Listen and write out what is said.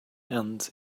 and